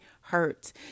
hurt